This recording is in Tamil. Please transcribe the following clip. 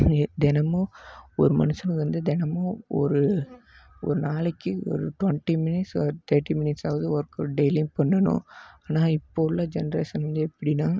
தினமும் ஒரு மனுஷனுக்கு வந்து தினமும் ஒரு ஒரு நாளைக்கு ஒரு twenty minutes or thirty minutes ஆகுது ஒர்க்கவுட் டெய்லியும் பண்ணணும் ஆனால் இப்போ உள்ள ஜெண்ட்ரேஷன் வந்து எப்படின்னா